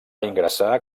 ingressar